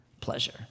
pleasure